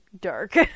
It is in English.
dark